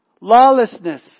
Lawlessness